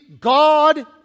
God